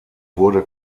wurde